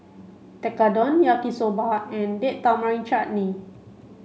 Tekkadon Yaki soba and Date Tamarind Chutney